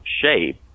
shape